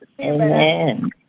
Amen